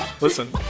Listen